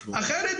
אחרת,